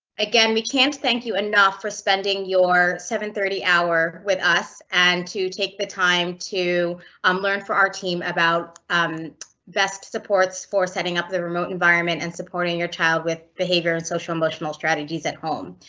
again, we can't thank you enough for spending your seven thirty hour with us and to take the time to um learn from our team about best supports for setting up the remote environment and supporting your child with behavior and social emotional strategies at home.